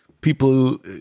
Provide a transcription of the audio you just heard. people